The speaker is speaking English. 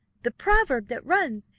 the proverb that runs,